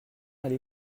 allez